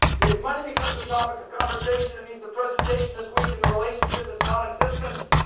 if money becomes the topic of conversation, it means the presentation is weak and the relationship is non-existent.